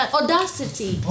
audacity